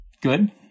Good